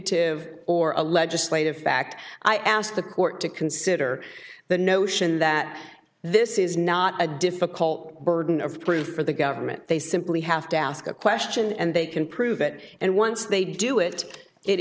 adjudicative or a legislative fact i ask the court to consider the notion that this is not a difficult burden of proof for the government they simply have to ask a question and they can prove it and once they do it it